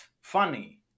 funny